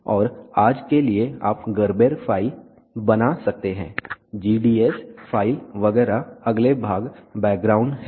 और आज के लिए आप गरबेर फ़ाइल बना सकते हैं GDS फ़ाइल वगैरह अगले भाग बैकग्राउंड है